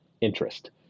interest